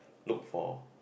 look for